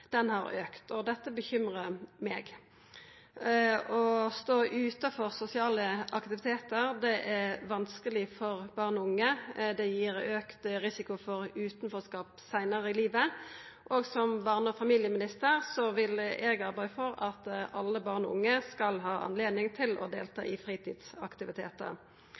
vanskeleg for barn og unge. Det gir auka risiko for utanforskap seinare i livet. Som barne- og familieminister vil eg arbeida for at alle barn og unge skal ha anledning til å delta i